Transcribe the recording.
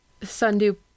Sundu